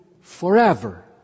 forever